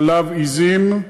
חלב עזים,